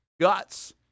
guts